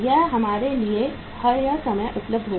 यह हमारे लिए हर समय उपलब्ध होगा